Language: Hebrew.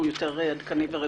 שהוא יותר עדכני ורלוונטי.